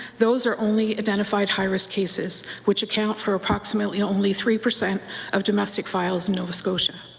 those are only identified high risk cases which account for approximately only three percent of domestic violence in nova scotia.